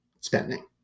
spending